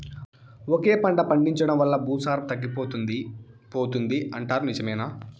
ఒకే పంట పండించడం వల్ల భూసారం తగ్గిపోతుంది పోతుంది అంటారు నిజమేనా